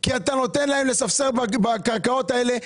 כי אתה נותן להם לספסר בקרקעות האלה.